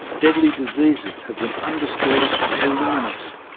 deadly diseases have been understood and eliminated